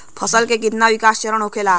फसल के कितना विकास चरण होखेला?